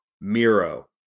Miro